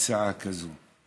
הצעה כזו?